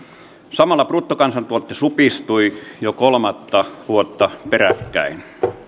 samalla bruttokansantuote supistui jo kolmatta vuotta peräkkäin